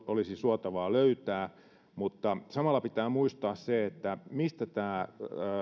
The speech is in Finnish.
olisi suotavaa löytää mutta samalla pitää muistaa se mistä tämä